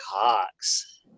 Cox